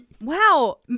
wow